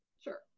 Sure